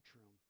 room